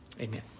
Amen